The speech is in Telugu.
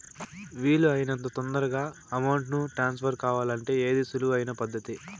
వీలు అయినంత తొందరగా అమౌంట్ ను ట్రాన్స్ఫర్ కావాలంటే ఏది సులువు అయిన పద్దతి